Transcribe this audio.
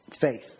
faith